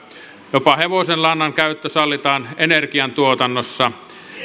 jopa hevosen lannan käyttö sallitaan energiantuotannossa